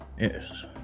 Yes